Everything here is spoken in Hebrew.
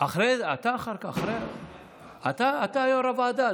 אתה אחר כך, אתה יו"ר הוועדה,